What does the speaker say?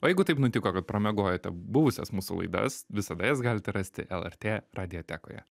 o jeigu taip nutiko kad pramiegojote buvusias mūsų laidas visada jas galite rasti lrt radiotekoje